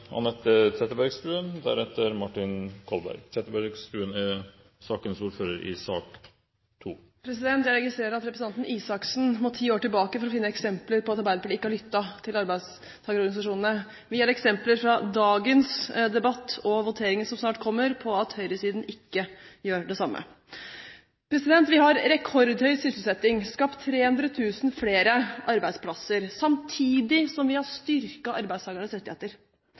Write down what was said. Jeg registrerer at representanten Isaksen må ti år tilbake for å finne eksempler på at Arbeiderpartiet ikke har lyttet til arbeidsorganisasjonene. Vi har eksempler fra dagens debatt og voteringen som snart kommer, på at høyresiden heller ikke gjør det. Vi har rekordhøy sysselsetting, skapt 300 000 flere arbeidsplasser, samtidig som vi har styrket arbeidstakernes rettigheter.